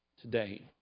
today